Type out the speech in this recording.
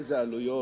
איזה עלויות,